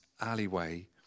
alleyway